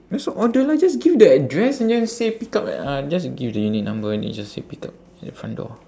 just order lah just give the address and then say pick up uh just give the unit number and you just say pick up at the front door